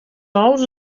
ous